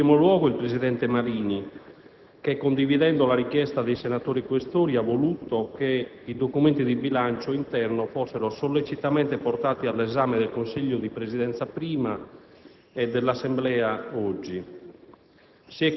in primo luogo il presidente Marini, che, condividendo la richiesta dei senatori Questori, ha voluto che i documenti di bilancio interno fossero sollecitamente portati all'esame del Consiglio di Presidenza prima e dell'Assemblea oggi.